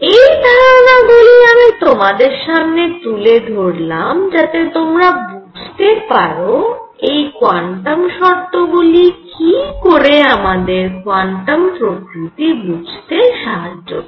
এই ধারনাগুলি আমি তোমাদের সামনে তুলে ধরলাম যাতে তোমরা বুঝতে পারো এই কোয়ান্টাম শর্তগুলি কি করে আমাদের কোয়ান্টাম প্রকৃতি বুঝতে সাহায্য করে